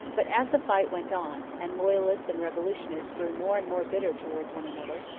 but as the fight went on, and loyalists and revolutionists grew more and more bitter towards one another,